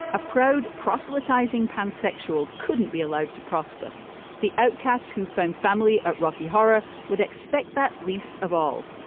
a proud proselytizing pansexual couldn't be allowed to prosper the outcasts who find family at rocky horror would expect that least of all.